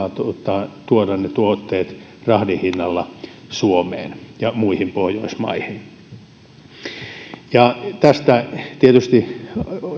eli tuottajille oli edullisempaa tuoda ne tuotteet rahdin hinnalla suomeen ja muihin pohjoismaihin tietysti